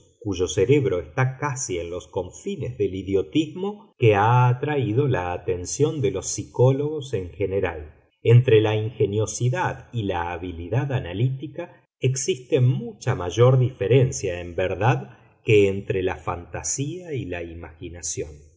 cuyo cerebro está casi en los confines del idiotismo que ha atraído la atención de los psicólogos en general entre la ingeniosidad y la habilidad analítica existe mucho mayor diferencia en verdad que entre la fantasía y la imaginación